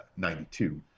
92